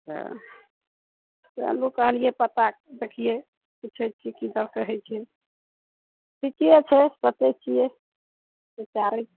चलू चलू कहलिऐ पता देखिए पूछैत छियै की दर कहैत छै ठीके छै सोचैत छियै बिचारैत छियै